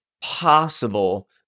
possible